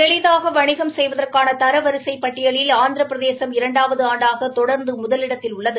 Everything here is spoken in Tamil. எளிதாக வணிகம் செய்வதற்கான தர வரிசை பட்டியலில் ஆந்திர பிரதேசம் இரண்டாவது ஆண்டாக தொடர்ந்து முதலிடத்தில் உள்ளது